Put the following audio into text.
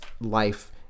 life